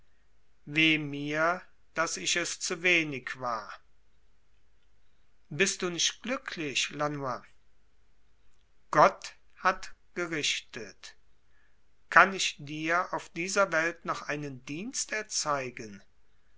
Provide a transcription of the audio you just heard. weh mir daß ich es zu wenig war bist du nicht glücklich lanoy gott hat gerichtet kann ich dir auf dieser welt noch einen dienst erzeigen